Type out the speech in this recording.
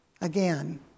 Again